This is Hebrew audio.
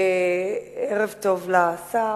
ערב טוב לשר,